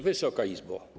Wysoka Izbo!